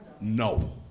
No